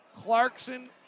Clarkson